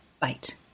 bite